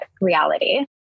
reality